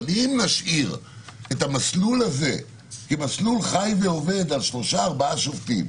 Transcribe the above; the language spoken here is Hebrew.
אבל אם נשאיר את המסלול הזה כמסלול חי ועובד על שלושה-ארבעה שופטים,